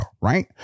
right